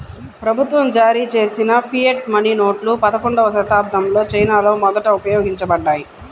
ప్రభుత్వం జారీచేసిన fiat money నోట్లు పదకొండవ శతాబ్దంలో చైనాలో మొదట ఉపయోగించబడ్డాయి